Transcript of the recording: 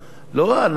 לא אנחנו.